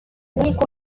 único